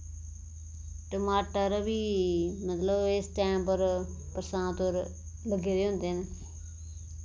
टमाटर बी मतलब इस टैम पर बरसांत पर लग्गे दे होंदे न